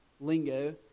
lingo